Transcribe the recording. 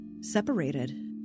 separated